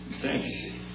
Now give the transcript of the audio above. Thanks